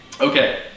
Okay